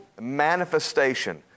manifestation